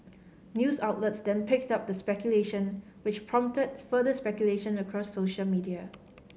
news outlets then picked up the speculation which prompted further speculation across social media